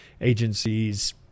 agencies